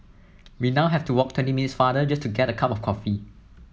we now have to walk twenty minutes farther just to get a cup of coffee